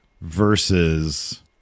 versus